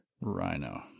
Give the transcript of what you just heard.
rhino